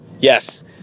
Yes